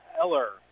Eller